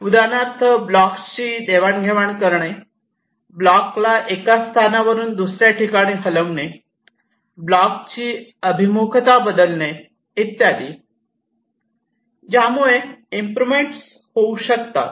उदाहरणार्थ ब्लॉक्सची देवाणघेवाण करणे ब्लॉकला एका स्थानावरून दुसर्या ठिकाणी हलवणे ब्लॉकचे अभिमुखता बदलणे इत्यादी ज्यामुळे इम्प्रोवमेंट होऊ शकतात